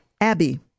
Abby